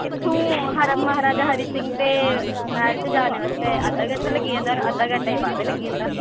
इत्थूं महाराजा हरि सिंह दे मैह्ल च जाने आस्तै अद्धा घैंटा लग्गी जंदा होर अद्धा घैंटा गै बाह्वे लग्गी जंदा